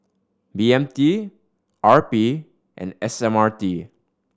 B M T R P and S M R T